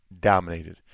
Dominated